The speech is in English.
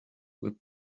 with